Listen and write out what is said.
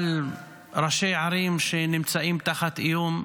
על ראשי ערים שנמצאים תחת איום,